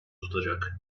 tutacak